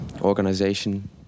organization